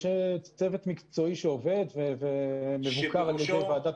יש צוות מקצועי שעובד ומבוקר על ידי ועדת